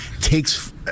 takes